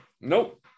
Nope